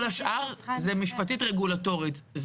כל השאר זה משפטית רגולטורית.